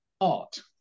art